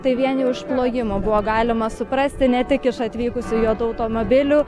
tai vien jau iš plojimo buvo galima suprasti ne tik iš atvykusių juodų automobilių